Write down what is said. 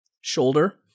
shoulder